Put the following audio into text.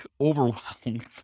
overwhelmed